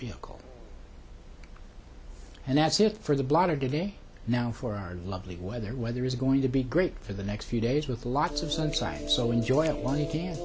vehicle and that's it for the blotter today now for our lovely weather weather is going to be great for the next few days with lots of some science so enjoy it while you can